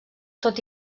tot